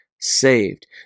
saved